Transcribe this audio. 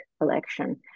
election